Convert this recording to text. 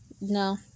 No